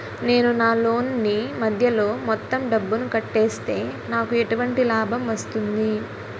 నేను నా లోన్ నీ మధ్యలో మొత్తం డబ్బును కట్టేస్తే నాకు ఎటువంటి లాభం వస్తుంది?